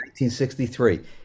1963